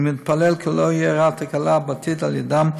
אני מתפלל כי לא תארע תקלה בעתיד על ידם,